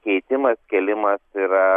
keitimas kėlimas yra